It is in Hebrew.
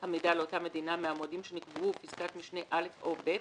המידע לאותה מדינה מהמועדים שנקבעו בפסקת משנה (א) או (ב),